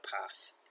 path